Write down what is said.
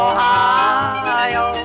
Ohio